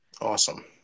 Awesome